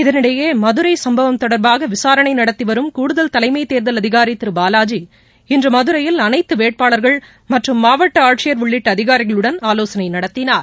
இதனிடையே மதுரை சும்பவம் தொடர்பாக விசாரணை நடத்தி வரும் கூடுதல் தலைமை தேர்தல் அதிகாரி திரு பாலாஜி இன்று மதுரையில் அனைத்து வேட்பாளாகள் மற்றும் மாவட்ட ஆட்சியர் உள்ளிட்ட அதிகாரிகளுடன் ஆலோசனை நடத்தினார்